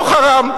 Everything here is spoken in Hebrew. לא חראם?